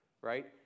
right